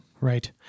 Right